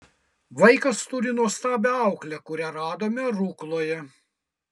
vaikas turi nuostabią auklę kurią radome rukloje